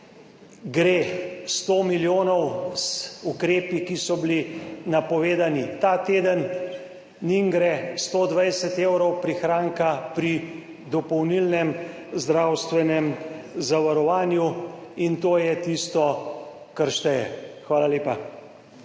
gre 100 milijonov z ukrepi, ki so bili napovedani ta teden, njim gre 120 evrov prihranka pri dopolnilnem zdravstvenem zavarovanju in to je tisto, kar šteje. Hvala lepa.